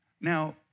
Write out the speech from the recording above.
Now